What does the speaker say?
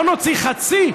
לא נוציא חצי,